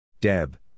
Deb